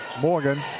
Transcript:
Morgan